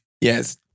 Yes